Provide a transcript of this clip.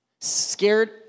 Scared